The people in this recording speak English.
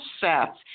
sets